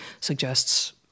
suggests